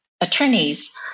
attorneys